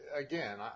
again